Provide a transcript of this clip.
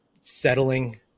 settling –